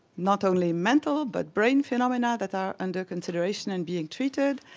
not only mental but brain phenomena that are under consideration and being treated.